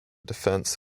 defense